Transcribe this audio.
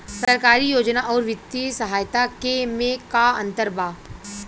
सरकारी योजना आउर वित्तीय सहायता के में का अंतर बा?